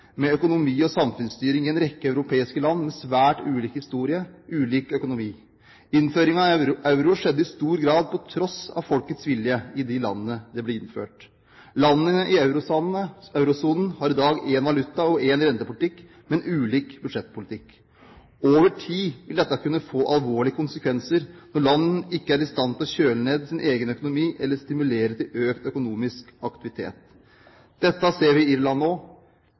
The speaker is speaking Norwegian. med økonomi- og samfunnsstyring i en rekke europeiske land med svært ulik historie og ulik økonomi. Innføringen av euro skjedde i stor grad på tross av folkets vilje i de landene det ble innført. Landene i eurosonen har i dag én valuta og én rentepolitikk, men ulik budsjettpolitikk. Over tid vil dette kunne få alvorlige konsekvenser når land ikke er i stand til å kjøle ned sin egen økonomi eller stimulere til økt økonomisk aktivitet. Dette ser vi i Irland